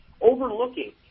overlooking